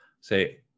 say